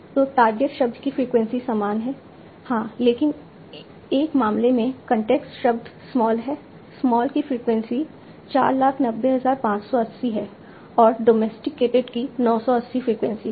तो टार्गेट शब्द की फ्रीक्वेंसी समान है हाँ लेकिन एक मामले में कॉन्टेक्स्ट शब्द स्मॉल है स्मॉल की फ्रीक्वेंसी 490580 है और डॉमेस्टिकेटेड की 980 फ्रीक्वेंसी है